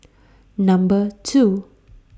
Number two